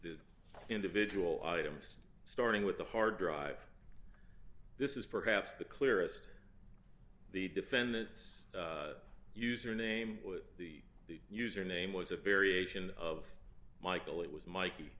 individual items starting with the hard drive this is perhaps the clearest the defendant's username with the username was a variation of michael it was mikey